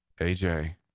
AJ